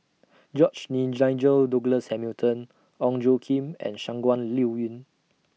George Nigel Douglas Hamilton Ong Tjoe Kim and Shangguan Liuyun